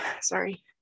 sorry